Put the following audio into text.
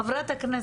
חברת הכנסת בזק.